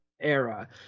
era